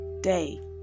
day